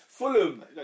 Fulham